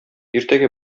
иртәгә